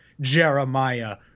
Jeremiah